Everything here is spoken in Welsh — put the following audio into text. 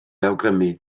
awgrymu